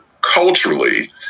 Culturally